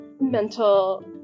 mental